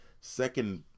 Second